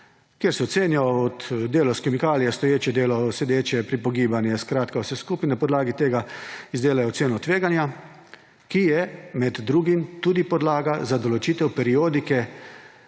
Ocenijo se delo s kemikalijami, stoječe delo, sedeče, prepogibanje, skratka vse skupaj. Na podlagi tega izdelajo oceno tveganja, ki je med drugim tudi podlaga za določitev periodike